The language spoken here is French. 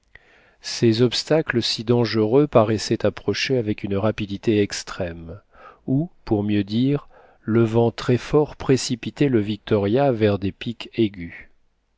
ces obstacles si dangereux paraissaient approcher avec une rapidité extrême ou pour mieux dire le vent très fort précipitait le victoria vers des pics aigus